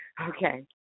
Okay